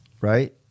right